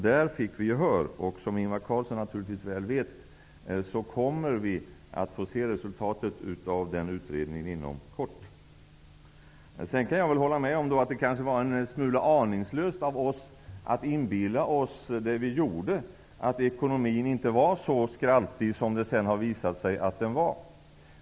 Där fick vi gehör. Som Ingvar Carlsson väl vet kommer vi att få se resultatet av den utredningen inom kort. Sedan kan jag kanske hålla med om att det var en smula aningslöst av oss att inbilla oss att ekonomin inte var så skraltig som det sedan har visat sig att den var.